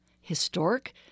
historic